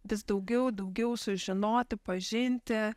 vis daugiau daugiau sužinoti pažinti